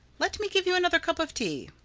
let me give you another cup of tea.